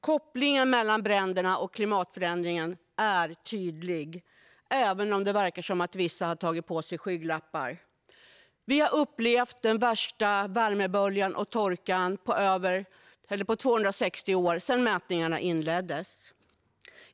Kopplingen mellan bränderna och klimatförändringen är tydlig även om det verkar som att vissa har tagit på sig skygglappar. Vi har upplevt den värsta värmeböljan och torkan på 260 år, sedan mätningarna inleddes.